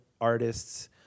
artists